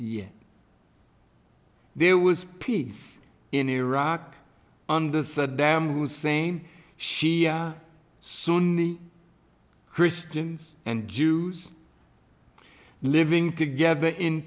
yet there was peace in iraq under sadam hussein she sunni christians and jews living together in